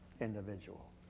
individual